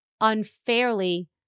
unfairly